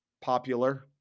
popular